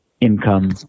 Income